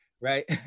Right